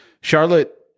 Charlotte